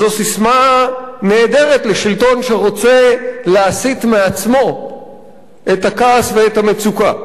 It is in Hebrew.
זו ססמה נהדרת לשלטון שרוצה להסיט מעצמו את הכעס ואת המצוקה.